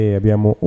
abbiamo